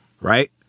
Right